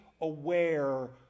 aware